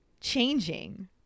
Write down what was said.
changing